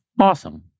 Awesome